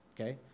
okay